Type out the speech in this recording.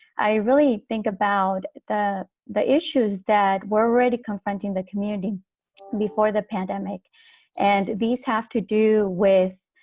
i really think about the the issues that were already confronting the community before the pandemic and these have to do with